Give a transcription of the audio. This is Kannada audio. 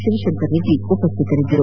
ಶಿವಶಂಕರ ರೆಡ್ಡಿ ಉಪಸ್ಟಿತರಿದ್ದರು